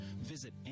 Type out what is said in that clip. visit